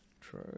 True